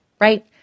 right